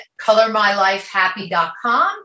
colormylifehappy.com